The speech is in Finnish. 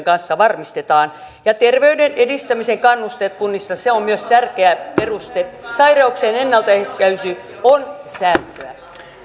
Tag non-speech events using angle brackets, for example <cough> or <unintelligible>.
<unintelligible> kanssa varmistetaan ja terveyden edistämisen kannusteet kunnissa se on myös tärkeä peruste sairauksien ennaltaehkäisy on säästöä